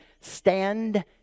stand